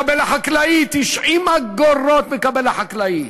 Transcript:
90 אגורות מקבל החקלאי.